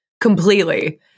Completely